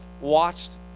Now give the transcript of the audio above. watched